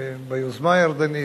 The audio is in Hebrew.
ביוזמה הירדנית,